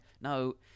No